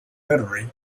literary